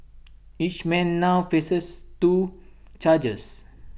each man now faces two charges